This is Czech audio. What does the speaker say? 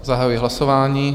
Zahajuji hlasování.